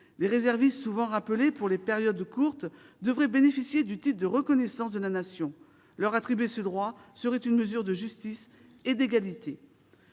Les réservistes, souvent rappelés pour des périodes courtes, devraient bénéficier du titre de reconnaissance de la Nation. Leur attribuer ce droit serait une mesure de justice et d'égalité.